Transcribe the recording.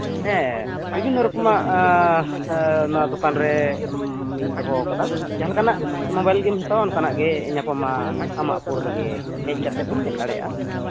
ᱦᱮᱸ ᱵᱤᱵᱷᱤᱱᱱᱚ ᱨᱚᱠᱚᱢᱟᱜ ᱱᱚᱣᱟ ᱫᱚᱠᱟᱱ ᱨᱮ ᱤᱧ ᱫᱚᱦᱚ ᱟᱠᱟᱫᱟ ᱡᱟᱦᱟᱸᱞᱮᱠᱟᱱᱟᱜ ᱢᱳᱵᱟᱭᱤᱞ ᱜᱮᱢ ᱦᱟᱛᱟᱣᱟ ᱚᱱᱠᱟᱱᱟᱜ ᱜᱮ ᱧᱟᱯᱟᱢᱟ ᱟᱢᱟᱜ ᱩᱯᱚᱨ ᱨᱮᱜᱮ ᱦᱮᱡ ᱠᱟᱛᱮᱫ ᱮᱢ ᱧᱮᱞ ᱤᱫᱤ ᱫᱟᱲᱮᱭᱟᱜᱼᱟ